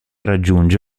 raggiunge